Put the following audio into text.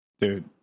dude